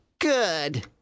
Good